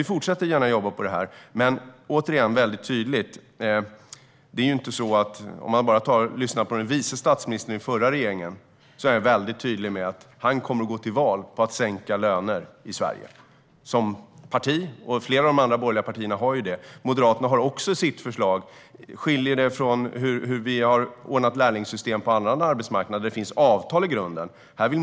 Vi fortsätter alltså gärna att jobba på det här, men återigen vill jag säga väldigt tydligt: Den vice statsministern i den förra regeringen säger att hans parti kommer att gå till val på att sänka löner i Sverige, och även flera av de andra borgerliga partierna har med det. Moderaterna skiljer sig i sitt förslag om lärlingssystem från hur vi har ordnat lärlingssystem på annan arbetsmarknad, där det finns avtal i grunden.